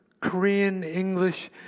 Korean-English